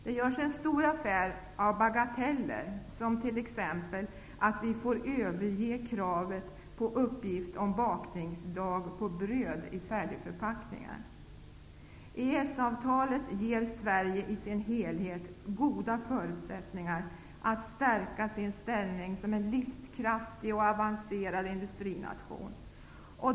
Det görs en stor affär av bagateller, såsom t.ex att vi måste överge kravet på att det skall finnas uppgift om bakningsdag på bröd i färdigförpackningar. EES-avtalet ger Sverige i dess helhet goda förutsättningar att stärka sin ställning som en livskraftig och avancerad industrination.